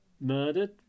murdered